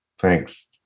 Thanks